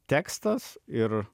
tekstas ir